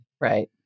Right